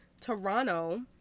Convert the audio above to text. Toronto